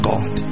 God